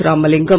Ramalingam